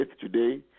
today